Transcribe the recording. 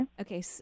Okay